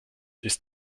ist